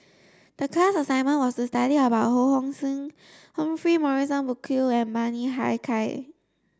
the class assignment was to study about Ho Hong Sing Humphrey Morrison Burkill and Bani Haykal